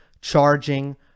charging